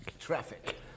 traffic